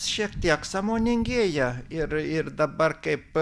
šiek tiek sąmoningėja ir ir dabar kaip